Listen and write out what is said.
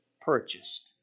purchased